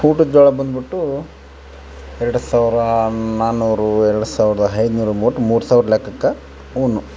ಊಟದ್ ಜೋಳ ಬಂದ್ಬಿಟ್ಟೂ ಎರಡು ಸಾವಿರ ನಾಲ್ಕುನೂರು ಎರಡು ಸಾವಿರದ ಐನೂರು ಒಟ್ಟು ಮೂರು ಸಾವಿರದ ಲೆಕ್ಕಕ್ಕೆ